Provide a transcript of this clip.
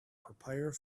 prepare